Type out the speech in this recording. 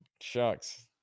Shucks